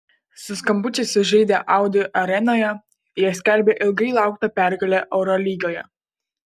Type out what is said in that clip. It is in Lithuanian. su skambučiais sužaidę audi arenoje jie skelbė ilgai lauktą pergalę eurolygoje